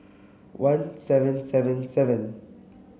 one seven seven seven